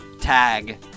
tag